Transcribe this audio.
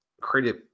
create